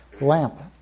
LAMP